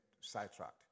sidetracked